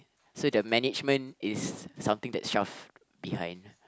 so their management is something that shoved behind